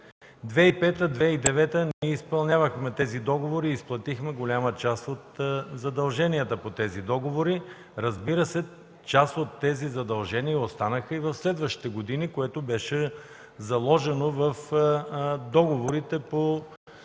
2005 2009 г. ние изпълнявахме тези договори и изплатихме голяма част от задълженията по тези договори. Разбира се, част от тези задължения останаха и в следващите години, което беше заложено в договорите по